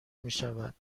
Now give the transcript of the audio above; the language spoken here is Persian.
میشود